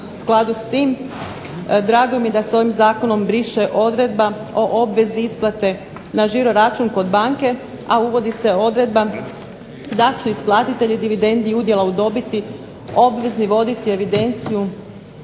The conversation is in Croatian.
skladu s tim drago mi je da se ovim zakonom briše odredba o obvezi isplate na žiro-račun kod banke, a uvodi se odredba da su isplatitelji dividendi i udjela u dobiti obvezni voditi evidenciju